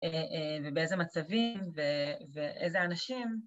ובאיזה מצבים ואיזה אנשים.